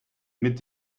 mit